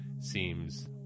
seems